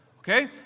Okay